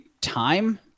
time